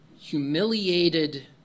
humiliated